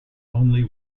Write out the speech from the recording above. only